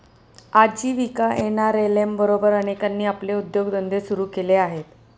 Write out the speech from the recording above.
आजीविका एन.आर.एल.एम बरोबर अनेकांनी आपले उद्योगधंदे सुरू केले आहेत